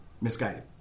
misguided